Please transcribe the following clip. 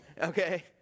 Okay